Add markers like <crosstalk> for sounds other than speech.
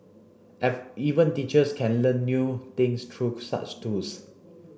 <unintelligible> even teachers can learn new things through such tools